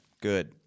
Good